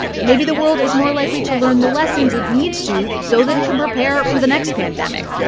maybe the world is more likely to learn the lessons it needs to so that it can prepare for the next pandemic,